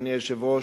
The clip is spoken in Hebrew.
אדוני היושב-ראש,